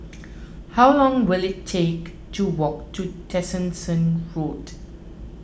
how long will it take to walk to Tessensohn Road